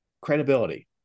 credibility